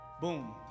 Boom